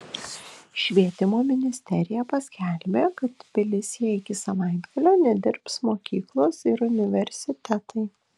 švietimo ministerija paskelbė kad tbilisyje iki savaitgalio nedirbs mokyklos ir universitetai